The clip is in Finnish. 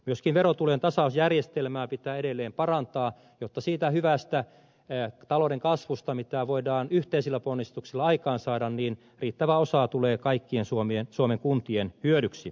myöskin verotulojen tasausjärjestelmää pitää edelleen parantaa jotta siitä hyvästä talouden kasvusta mitä voidaan yhteisillä ponnistuksilla aikaansaada riittävä osa tulee kaikkien suomen kuntien hyödyksi